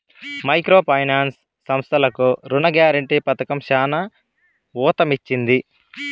micro finance సంస్థలకు రుణ guarantee పథకం చానా ఊతమిచ్చింది